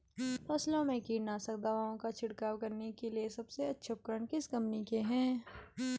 फसलों में कीटनाशक दवाओं का छिड़काव करने के लिए सबसे अच्छे उपकरण किस कंपनी के हैं?